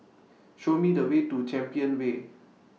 Show Me The Way to Champion Way